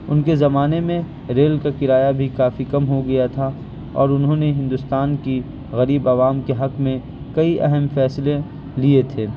ان کے زمانے میں ریل کا کرایہ بھی کافی کم ہو گیا تھا اور انہوں نے ہندوستان کی غریب عوام کے حق میں کئی اہم فیصلے لیے تھے